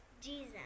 Jesus